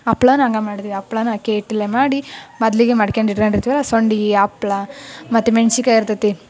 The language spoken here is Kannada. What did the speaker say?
ಹಪ್ಳಾನ ಹಾಗೆ ಮಾಡ್ತೀವಿ ಹಪ್ಳಾನ ಅಕ್ಕಿ ಹಿಟ್ಟಲ್ಲೆ ಮಾಡಿ ಮೊದಲಿಗೆ ಮಾಡ್ಕೊಂಡ್ ಇಟ್ಕೊಂಡಿರ್ತೀವಿ ಅಲ್ಲ ಸಂಡಿಗೆ ಹಪ್ಳ ಮತ್ತು ಮೆಣ್ಸಿಕಾಯಿ ಇರ್ತದೆ